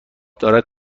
دارد